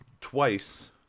twice